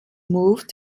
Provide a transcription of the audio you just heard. moved